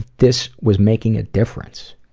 this was making a difference.